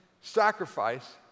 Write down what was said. sacrifice